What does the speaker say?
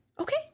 Okay